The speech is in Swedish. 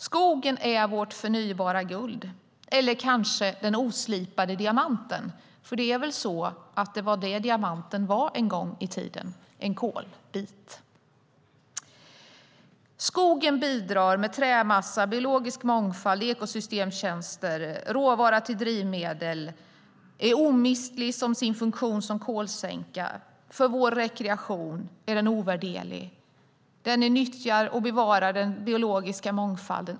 Skogen är vårt förnybara guld eller kanske den oslipade diamanten. Det var väl det diamanten var en gång i tiden: en kolbit? Skogen bidrar med trämassa, biologisk mångfald, ekosystemtjänster och råvara till drivmedel. Den är omistlig i sin funktion som kolsänka. Den är ovärderlig för vår rekreation. Den bevarar den biologiska mångfalden.